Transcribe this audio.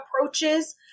approaches